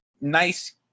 nice